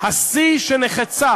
השיא שנחצה